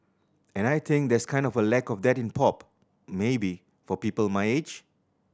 and I think there's kind of a lack of that in pop maybe for people my age